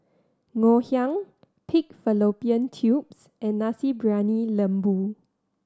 Ngoh Hiang pig fallopian tubes and Nasi Briyani Lembu